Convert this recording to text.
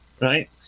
right